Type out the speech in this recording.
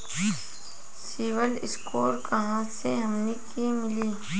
CIBIL score कहाँसे हमके मिली?